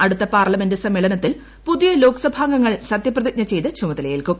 അടുത്ത പാർലമെന്റ് സമ്മേളനത്തിൽ പുതിയ ലോക്സഭാംഗങ്ങൾ സത്യപ്രതിജ്ഞ ചെയ്ത് ചുമതലയേൽക്കും